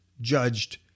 judged